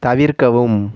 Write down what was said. தவிர்க்கவும்